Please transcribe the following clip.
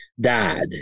died